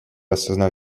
осознав